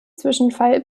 zwischenfall